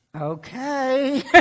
Okay